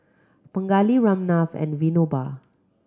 Pingali Ramnath and Vinoba